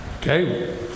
Okay